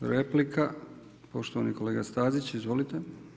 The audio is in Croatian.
Replika, poštovani kolega Stazić, izvolite.